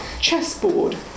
chessboard